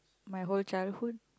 my whole childhood